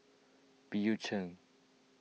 Bill Chen